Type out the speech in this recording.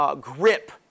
Grip